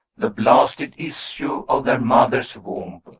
the blasted issue of their mother's womb.